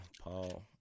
Paul